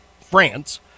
France